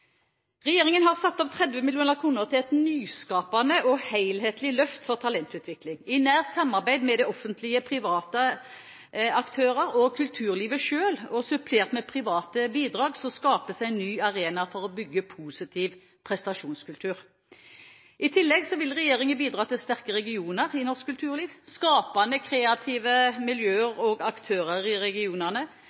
Regjeringen har satt av 30 mill. kr til et nyskapende og helhetlig løft for talentutvikling. I nært samarbeid mellom det offentlige, private aktører og kulturlivet selv – og supplert med private bidrag – skapes en ny arena for å bygge positiv prestasjonskultur. I tillegg vil regjeringen bidra til sterke regioner i norsk kulturliv. Skapende, kreative miljøer og aktører i regionene